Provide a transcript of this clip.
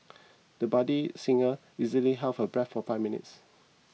the budding singer easily held her breath for five minutes